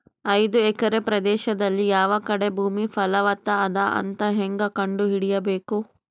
ಐದು ಎಕರೆ ಪ್ರದೇಶದಲ್ಲಿ ಯಾವ ಕಡೆ ಭೂಮಿ ಫಲವತ ಅದ ಅಂತ ಹೇಂಗ ಕಂಡ ಹಿಡಿಯಬೇಕು?